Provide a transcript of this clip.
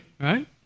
right